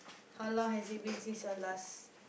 how long has it been since your last